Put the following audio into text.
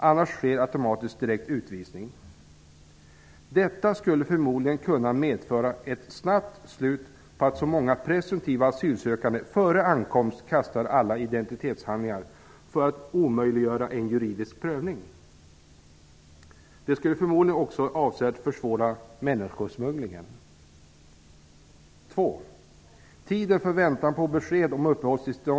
Annars sker automatiskt direkt utvisning. Detta skulle förmodligen kunna medföra ett snabbt slut på att så många presumtiva asylsökande före ankomst kastar alla identitetshandlingar för att omöjliggöra en juridisk prövning. Det skulle förmodligen också avsevärt försvåra människosmugglingen.